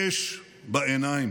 אש בעיניים,